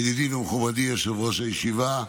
ידידי ומכובדי יושב-ראש הישיבה,